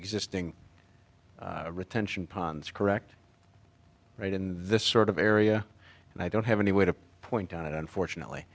existing retention ponds correct right in this sort of area and i don't have any way to a point on it unfortunately